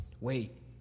wait